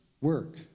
work